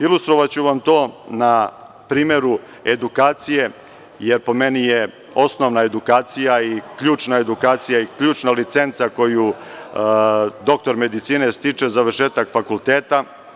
Ilustrovaću vam to na primeru edukacije, jer po meni je osnovna edukacija i ključna edukacija i ključna licenca koju doktor medicine stiče, završetak fakulteta.